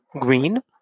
green